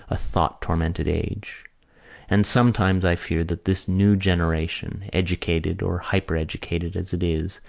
a thought-tormented age and sometimes i fear that this new generation, educated or hypereducated as it is,